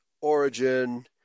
origin